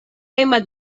hainbat